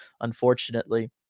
unfortunately